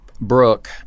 Brooke